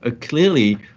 clearly